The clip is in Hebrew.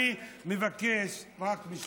אני מבקש לא להפריע